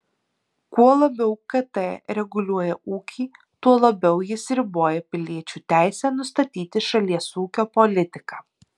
kuo labiau kt reguliuoja ūkį tuo labiau jis riboja piliečių teisę nustatyti šalies ūkio politiką